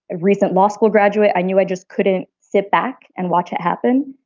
a recent law school graduate, i knew i just couldn't sit back and watch it happen.